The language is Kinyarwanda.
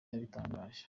yabitangaje